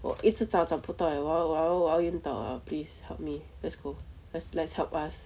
我一直找不到 eh 我要我要我要晕倒 liao please help me let's go let's let's help us